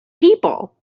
people